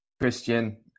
Christian